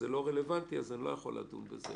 זה לא רלוונטי אז אני לא יכול לדון בזה.